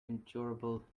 endurable